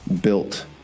built